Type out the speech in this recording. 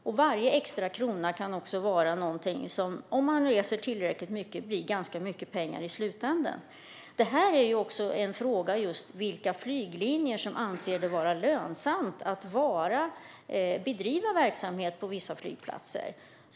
Och varje extra krona kan bli ganska mycket pengar i slutänden om man reser tillräckligt mycket. Det är också en fråga om vilka flyglinjer där man anser det vara lönsamt att bedriva verksamhet på vissa flygplatser.